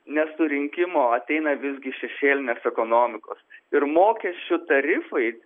nesurinkimo ateina visgi iš šešėlinės ekonomikos ir mokesčių tarifai